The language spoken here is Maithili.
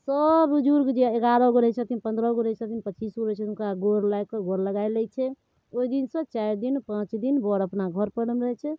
सब बुजुर्ग जे एगारह गो रहै छथिन पन्द्रह गो रहै छथिन पचीस गो रहै छथिन हुनका गोर लागिकऽ गोरलगाइ लै छै ओइदिनसँ चारि दिन पाँच दिन बर अपना घरपर मे रहै छै